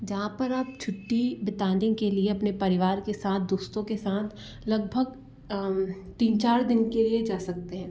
जहाँ पर आप छुट्टी बिताने के लिए अपने परिवार के साथ दोस्तों के साथ लगभग तीन चार दिन के लिए जा सकते हैं